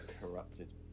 corrupted